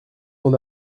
mon